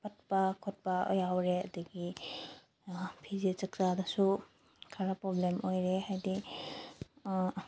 ꯄꯠꯄ ꯈꯣꯠꯄ ꯌꯥꯎꯔꯦ ꯑꯗꯒꯤ ꯐꯤꯖꯦꯠ ꯆꯥꯛꯆꯥꯗꯁꯨ ꯈꯔ ꯄ꯭ꯔꯣꯕ꯭ꯂꯦꯝ ꯑꯣꯏꯔꯦ ꯍꯥꯏꯗꯤ